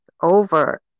over